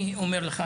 אני אומר לך,